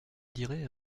dirait